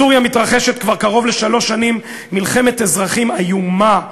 בסוריה מתרחשת כבר קרוב לשלוש שנים מלחמת אזרחים איומה.